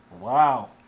Wow